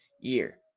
year